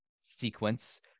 sequence